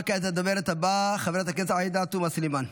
וכעת הדוברת הבאה, חברת הכנסת עאידה תומא סלימאן.